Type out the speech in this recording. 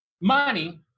money